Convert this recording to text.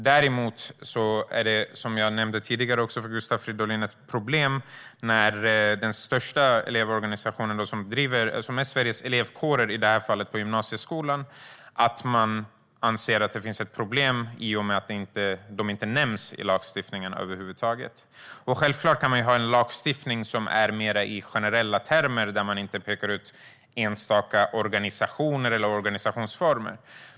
Däremot är det, som jag nämnde tidigare för Gustav Fridolin, ett problem när den största elevorganisationen i gymnasieskolan, Sveriges Elevkårer, över huvud taget inte nämns i lagstiftningen. Självklart kan man ha lagstiftning som är i mer generella termer, där man inte pekar ut enstaka organisationer eller organisationsformer.